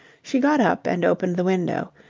she got up and opened the window,